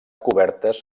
cobertes